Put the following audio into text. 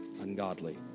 Ungodly